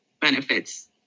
benefits